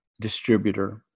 distributor